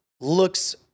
looks